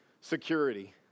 security